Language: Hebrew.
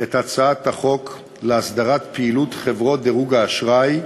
את הצעת חוק להסדרת פעילות חברות דירוג האשראי,